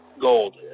Gold